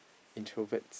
introvert